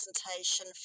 presentation